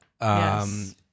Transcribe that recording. Yes